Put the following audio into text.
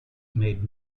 made